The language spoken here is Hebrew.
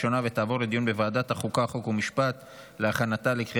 לוועדת החוקה, חוק ומשפט נתקבלה.